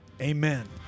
Amen